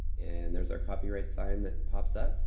and there's our copyright sign that pops up.